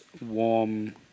warm